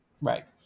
Right